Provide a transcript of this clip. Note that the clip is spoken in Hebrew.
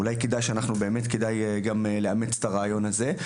אולי כדאי לאמץ גם את הרעיון הזה.